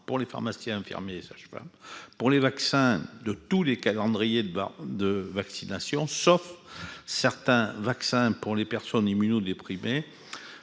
pour les pharmaciens, infirmiers, ça je sais pas pour les vaccins de tous les calendriers de bas de vaccination, sauf certains vaccins pour les personnes immuno-déprimées